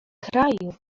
kraju